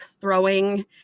throwing